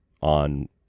on